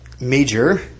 Major